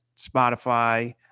Spotify